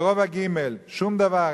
ברובע ג' שום דבר.